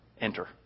enter